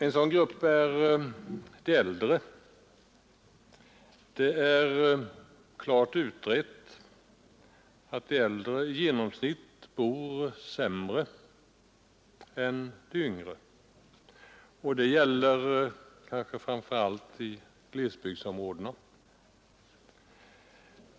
En sådan grupp är de äldre. Det är klart utrett att de äldre i genomsnitt bor sämre än de yngre och det gäller kanske framför allt i glesbygdsområdena.